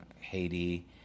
Haiti